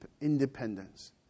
independence